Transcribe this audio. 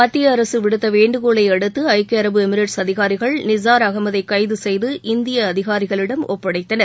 மத்திய அரசு விடுத்த வேண்டுகோளை அடுத்து ஐக்கிய அரபு எமிரேட்ஸ் அதிகாரிகள் நிஸார் அகமதை கைது செய்து இந்திய அதிகாரிகளிடம் ஒப்படைத்தனர்